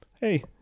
Hey